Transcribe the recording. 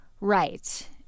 right